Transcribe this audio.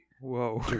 Whoa